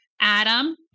Adam